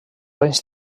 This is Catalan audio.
anys